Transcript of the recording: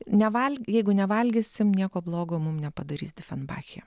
neval jeigu nevalgysim nieko blogo mum nepadarys difenbachija